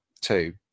Two